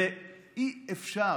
אי-אפשר,